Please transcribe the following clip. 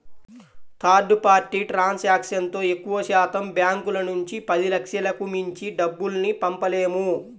third party ట్రాన్సాక్షన్తో ఎక్కువశాతం బ్యాంకుల నుంచి పదిలక్షలకు మించి డబ్బుల్ని పంపలేము